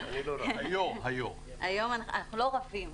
אנחנו לא רבים.